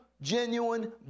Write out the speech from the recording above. genuine